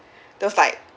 there was like